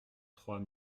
trois